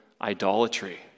idolatry